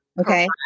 okay